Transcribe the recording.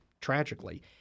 tragically